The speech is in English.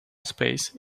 space